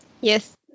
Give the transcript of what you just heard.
Yes